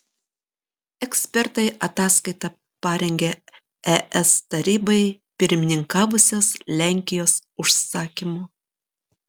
ekspertai ataskaitą parengė es tarybai pirmininkavusios lenkijos užsakymu